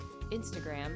Instagram